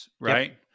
right